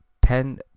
Pen